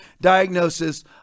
diagnosis